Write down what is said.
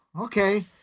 Okay